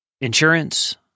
insurance